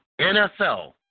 NFL